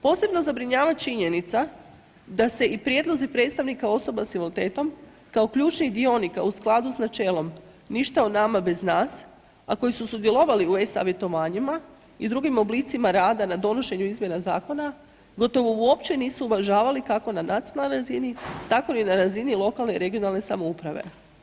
Posebno zabrinjava činjenica da se i prijedlozi predstavnika osoba s invaliditetom, kao ključnih dionika u skladu s načelom ništa o nama bez nas, a koji su sudjelovali u e-Savjetovanjima i drugim oblicima rada na donošenju izmjena zakona, gotovo uopće nisu uvažavali kako na nacionalnoj razini, tako ni na razini lokalne i regionalne samouprave.